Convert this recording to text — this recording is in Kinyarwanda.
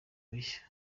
bishya